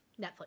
netflix